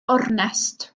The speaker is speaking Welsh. ornest